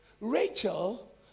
Rachel